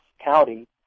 County